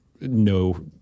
no